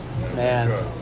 Man